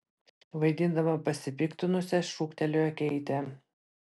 vaidindama pasipiktinusią šūktelėjo keitė